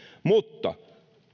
mutta